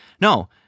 No